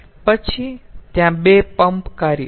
પછી ત્યાં બે પંપ કાર્ય છે